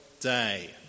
day